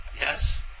Yes